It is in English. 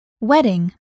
Wedding